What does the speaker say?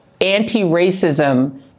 anti-racism